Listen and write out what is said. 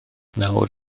nawr